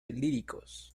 líricos